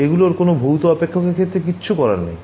এগুলোর কোন ভৌত অপেক্ষকের ক্ষেত্রে কিচ্ছু করার নেই